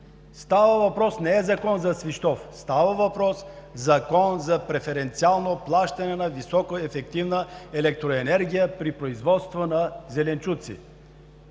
Става въпрос не за закон за „Свищов“. Става въпрос за Закон за преференциално плащане на високоефективна електроенергия при производство на зеленчуци.